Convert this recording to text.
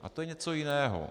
A to je něco jiného.